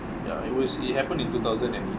ya it was it happened in two thousand and